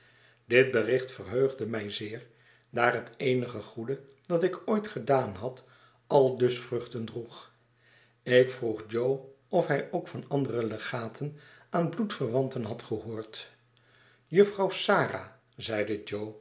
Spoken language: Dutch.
dit bericht verheugde mij zeer daar heteenige goede dat ik ooit gedaan had aldus vruchten droeg ik vroeg jo of hij ook van andere legaten aan bloedverwanten had gehoord jufvrouw sara zeide